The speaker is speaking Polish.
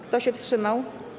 Kto się wstrzymał?